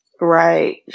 Right